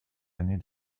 années